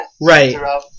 Right